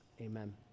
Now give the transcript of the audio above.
amen